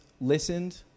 listened